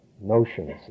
notions